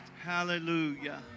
Hallelujah